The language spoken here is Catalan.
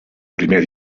primer